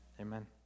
amen